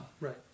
Right